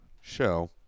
show